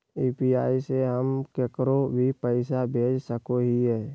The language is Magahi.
यू.पी.आई से हम केकरो भी पैसा भेज सको हियै?